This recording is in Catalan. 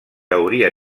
hauria